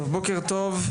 בוקר טוב,